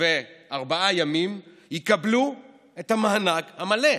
24 ימים, יקבלו את המענק המלא?